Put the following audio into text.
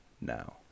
now